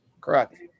Correct